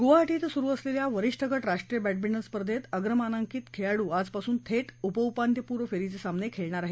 गुवाहा इथं सुरु असलेल्या वरीष्ठ ग राष्ट्रीय बॅडमिंजे स्पर्धेत अग्रमानांकित खेळाडू आजपासून थे उपउपान्त्यपूर्व फेरीचे सामने खेळणार आहेत